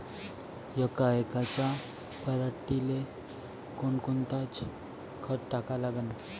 यका एकराच्या पराटीले कोनकोनचं खत टाका लागन?